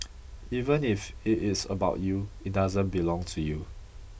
even if it is about you it doesn't belong to you